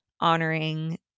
honoring